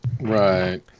Right